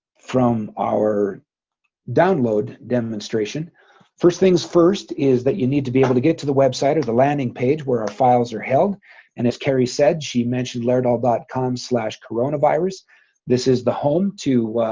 from our download demonstration first things first is that you need to be able to get to the website or the landing page where our files are held and as carrie said she mentioned lairdal dot com coronavirus this is the home to